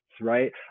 right